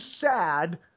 sad